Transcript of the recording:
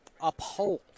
uphold